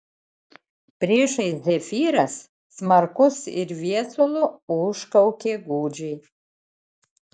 priešais zefyras smarkus ir viesulu užkaukė gūdžiai